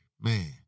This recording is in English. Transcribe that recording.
man